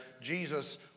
Jesus